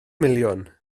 miliwn